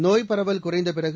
நோய்ப் பரவல் குறைந்த பிறகு